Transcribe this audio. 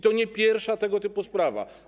To nie jest pierwsza tego typu sprawa.